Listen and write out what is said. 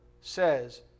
says